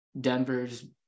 Denver's